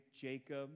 Jacob